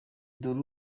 dore